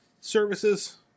services